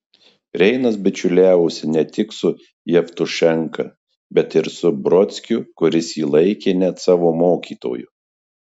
reinas bičiuliavosi ne tik su jevtušenka bet ir su brodskiu kuris jį laikė net savo mokytoju